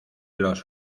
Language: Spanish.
los